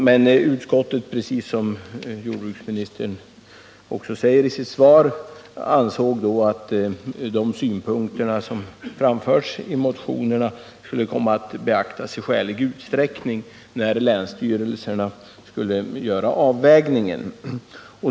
Men utskottet ansåg då, precis som jordbruksministern också säger i sitt svar, att de synpunkter som framfördes i motionerna skulle komma att beaktas i skälig utsträckning vid länsstyrelsernas avvägning.